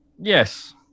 Yes